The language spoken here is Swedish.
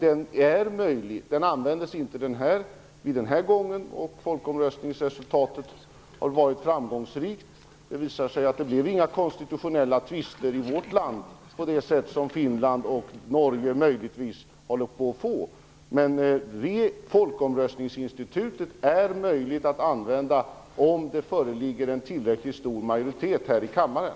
Regeln användes inte den här gången. Folkomröstningsresultatet var framgångsrikt. Det visade sig att det inte blev några konstitutionella tvister i vårt land på det sätt som Finland och möjligtvis Norge håller på att få. Men folkomröstningsinstitutet är möjligt att använda om det föreligger en tillräckligt stor majoritet här i kammaren.